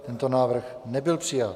Tento návrh nebyl přijat.